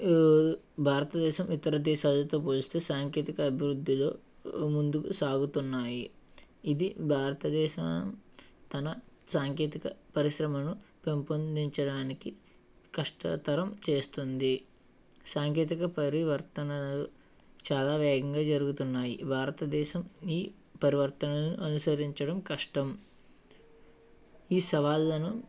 భారతదేశం ఇతర దేశాలతో పోలిస్తే సాంకేతికత అభివృద్ధిలో ముందుకు సాగుతున్నాయి ఇది భారతదేశం తన సాంకేతిక పరిశ్రమను పెంపొందించడానికి కష్టతరం చేస్తుంది సాంకేతిక పరివర్తనలు చాలా వేగంగా జరుగుతున్నాయి భారతదేశం ఈ పరివర్తనలను అనుసరించడం కష్టం ఈ సవాళ్ళను